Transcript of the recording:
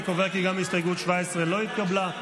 אני קובע כי גם הסתייגות 17 לא התקבלה.